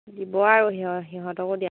দিব আৰু সিহ সিহঁতকো দিয়াম